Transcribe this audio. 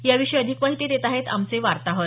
याविषयी अधिक माहिती देत आहेत आमचे वार्ताहर